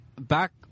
Back